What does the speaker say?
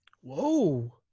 Whoa